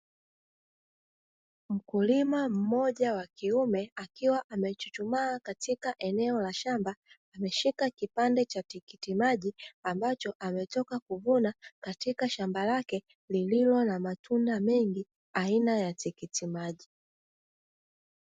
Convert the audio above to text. Mkulima mmoja wa kiume akiwa anachuchumaa katika eneo la shamba ameshika kipande cha tikiti maji ambacho ametoka kuvuna katika shamba lake lililo na matunda mengi aina ya tikiti maji.